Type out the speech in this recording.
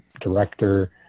director